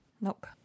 Nope